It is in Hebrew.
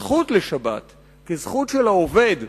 הזכות לשבת היא זכות של העובד,